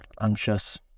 anxious